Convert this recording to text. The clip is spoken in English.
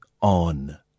on